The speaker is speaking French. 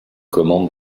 commande